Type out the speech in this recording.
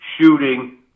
shooting